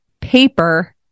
paper